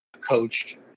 coached